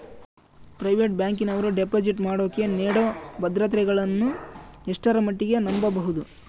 Private ಬ್ಯಾಂಕಿನವರು deposit ಮಾಡೋಕೆ ನೇಡೋ ಭದ್ರತೆಗಳನ್ನು ಎಷ್ಟರ ಮಟ್ಟಿಗೆ ನಂಬಬಹುದು?